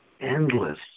endless